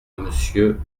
monsieur